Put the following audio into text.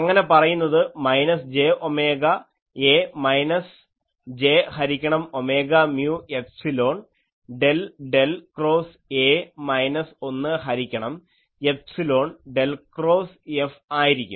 അങ്ങനെ പറയുന്നത് minus j omega A minus j ഹരിക്കണം omega mu epsilon del del cross A minus 1 ഹരിക്കണം epsilon del cross F ആയിരിക്കും